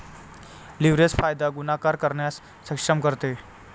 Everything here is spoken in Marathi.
लीव्हरेज फायदा गुणाकार करण्यास सक्षम करते